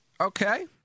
Okay